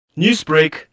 Newsbreak